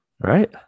right